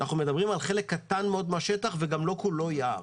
אנחנו מדברים על חלק קטן מאוד מהשטח וגם לא כולו יער.